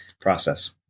process